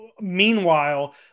Meanwhile